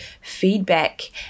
feedback